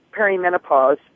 perimenopause